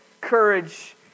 courage